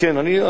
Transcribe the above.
אתה מגזים.